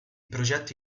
progetto